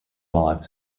life